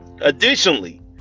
Additionally